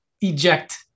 eject